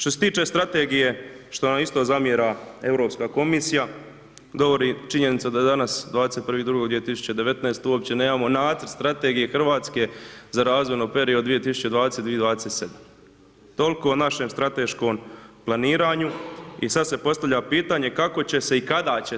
Što se tiče strategije, šta nam isto zamjera Europska komisija, govori činjenica da danas 21.2.2019. uopće nemamo nacrt strategije RH za razvojni period 2020., 2027., toliko o našem strateškom planiranju i sad se postavlja pitanje kako će se i kada će